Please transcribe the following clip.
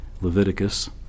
Leviticus